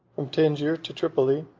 from tangier to tripoli,